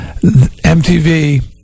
MTV